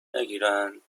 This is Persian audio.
نگیرند